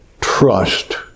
trust